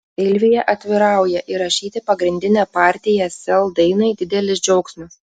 silvija atvirauja įrašyti pagrindinę partiją sel dainai didelis džiaugsmas